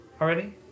already